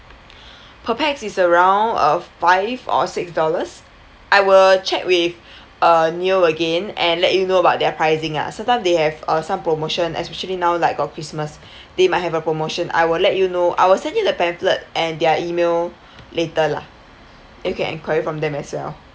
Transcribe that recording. per pax is around uh five or six dollars I will check with uh neo again and let you know about their pricing ah sometime they have uh some promotion especially now like got christmas they might have a promotion I will let you know I will send you the pamphlet and their email later lah you can enquire from them as well